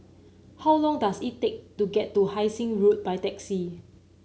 how long does it take to get to Hai Sing Road by taxi